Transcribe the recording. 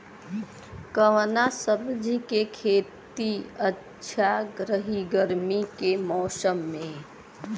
कवना सब्जी के खेती अच्छा रही गर्मी के मौसम में?